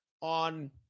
on